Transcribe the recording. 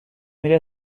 میره